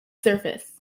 surface